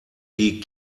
die